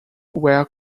where